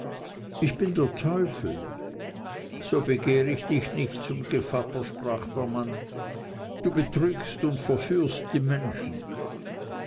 ich bin der teufel so begehr ich dich nicht zum gevatter sprach der mann du betrügst und verführst die menschen